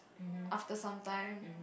after sometime